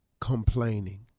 complaining